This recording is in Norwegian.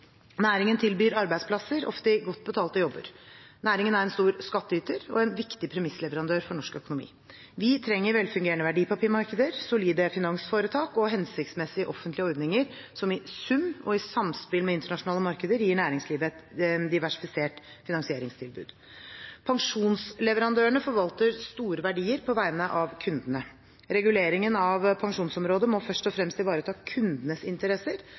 Næringen tilbyr arbeidsplasser, ofte i godt betalte jobber. Næringen er en stor skattyter og en viktig premissleverandør for norsk økonomi. Vi trenger velfungerende verdipapirmarkeder, solide finansforetak og hensiktsmessige offentlige ordninger som i sum og i samspill med internasjonale markeder gir næringslivet et diversifisert finansieringstilbud. Pensjonsleverandørene forvalter store verdier på vegne av kundene. Reguleringen av pensjonsområdet må først og fremst ivareta kundenes interesser